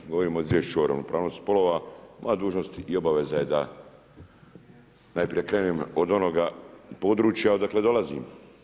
Kad govorimo o izvješću o ravnopravnosti spolova moja dužnost i obaveza je da najprije krenem od onoga područja odakle dolazim.